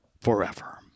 forever